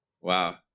wow